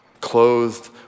clothed